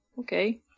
okay